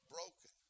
Broken